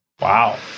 Wow